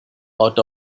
out